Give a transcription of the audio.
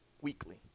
weekly